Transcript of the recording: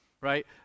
right